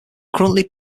currently